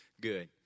good